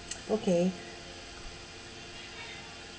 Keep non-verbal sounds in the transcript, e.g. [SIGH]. [NOISE] okay